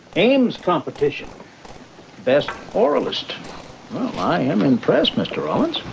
aims competition best oral list i am impressed, mr. rollins.